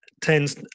tends